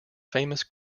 famous